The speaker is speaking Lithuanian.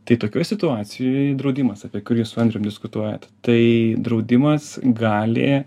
tai tokioj situacijoj draudimas apie kurį su andrium diskutuojat tai draudimas gali